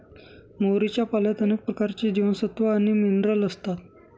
मोहरीच्या पाल्यात अनेक प्रकारचे जीवनसत्व आणि मिनरल असतात